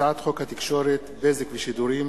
הצעת חוק התקשורת (בזק ושידורים)